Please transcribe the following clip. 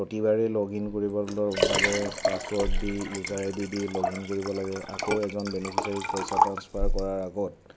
প্ৰতিবাৰে log in কৰিবলৈ বাবে পাছৱৰ্ড দি ইউজাৰ আইডি দি লগ ইন কৰিব লাগে আকৌ এজন বেনিফিচিয়াৰীক পইচা ট্ৰান্সফাৰ কৰাৰ আগত